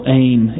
aim